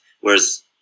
whereas